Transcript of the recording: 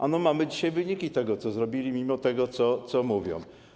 Ano mamy dzisiaj wyniki tego, co zrobili, mimo tego, co mówią.